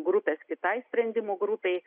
grupės kitai sprendimų grupei